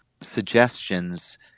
suggestions